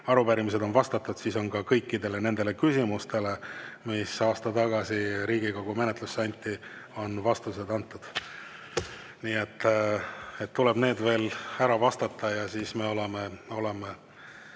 arupärimistele on vastatud, siis on kõikidele nendele küsimustele, mis aasta tagasi Riigikogu menetlusse anti, vastused antud. Nii et tuleb neile veel ära vastata ja siis me oleme